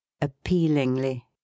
appealingly